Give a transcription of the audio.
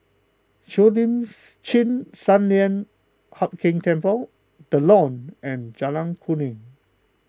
Cheo Lims Chin Sun Lian Hup Keng Temple the Lawn and Jalan Kuning